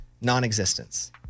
non-existence